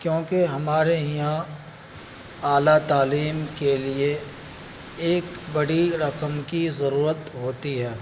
کیونکہ ہمارے یہاں اعلیٰ تعلیم کے لیے ایک بڑی رقم کی ضرورت ہوتی ہے